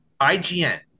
IGN